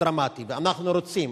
דרמטי ואנחנו רוצים,